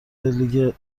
لیگ